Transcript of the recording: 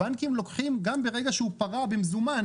הבנקים לוקחים גם ברגע שהוא פרע במזומן